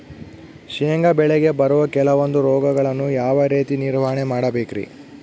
ಶೇಂಗಾ ಬೆಳೆಗೆ ಬರುವ ಕೆಲವೊಂದು ರೋಗಗಳನ್ನು ಯಾವ ರೇತಿ ನಿರ್ವಹಣೆ ಮಾಡಬೇಕ್ರಿ?